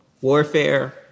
warfare